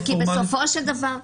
כי בסופו של דבר,